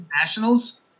Nationals